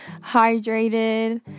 hydrated